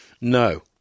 No